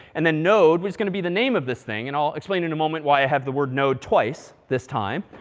and then, node, which is going to be the name of this thing. and i'll explain in a moment why i have the word node twice this time.